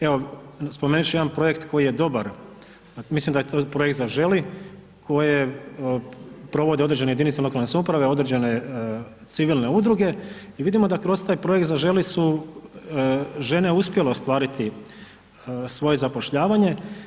Evo spomenut ću jedan projekt koji je dobar, mislim da je to projekt „Zaželi“ koji provode određene jedinice lokalne samouprave, određene civilne udruge i vidimo da kroz taj projekt „Zaželi“ su žene uspjele ostvariti svoje zapošljavanje.